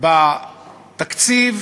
בתקציב